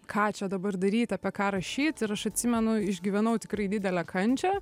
ką čia dabar daryt apie ką rašyt ir aš atsimenu išgyvenau tikrai didelę kančią